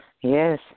Yes